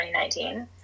2019